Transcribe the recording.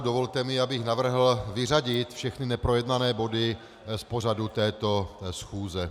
Dovolte mi, abych navrhl vyřadit všechny neprojednané body z pořadu této schůze.